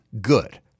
good